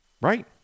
Right